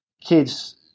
kids